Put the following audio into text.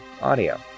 Audio